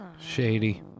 Shady